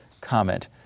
Comment